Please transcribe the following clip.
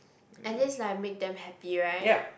at least like I make them happy right